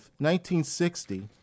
1960